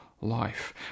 life